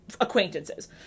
acquaintances